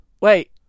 Wait